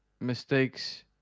mistakes